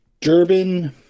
Durbin